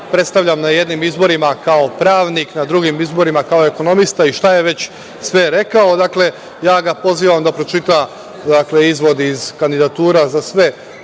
predstavljam na jednim izborima kao pravnik, na drugim izborima kao ekonomista i šta je već sve rekao, dakle, ja ga pozivam da pročita izvod iz kandidatura za sve